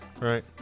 Right